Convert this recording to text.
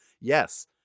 Yes